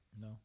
No